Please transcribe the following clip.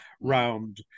round